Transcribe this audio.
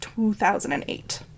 2008